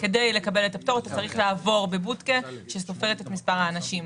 כדי לקבל את הפטור אתה צריך לעבור בבודקה שסופרת את מספר האנשים.